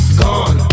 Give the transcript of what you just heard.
gone